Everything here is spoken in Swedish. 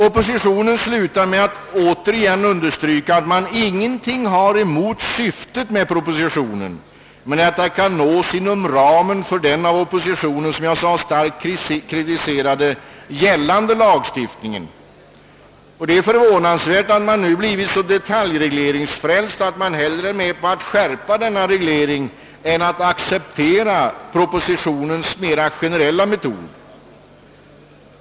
Oppositionen slutar med att återigen understryka, att man ingenting har emot syftet med propositionen men att detta kan nås inom ramen för den av oppositionen, som jag förut sade, starkt kritiserade gällande lagstiftningen. Det är förvånansvärt att man nu blivit så detaljregleringsfrälst, att man hellre är med på att skärpa denna reglering än att acceptera propositionens mer generella metod.